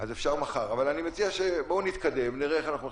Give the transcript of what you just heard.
אני מציע שעכשיו נתקדם ונראה מה להחליט.